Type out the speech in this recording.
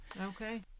Okay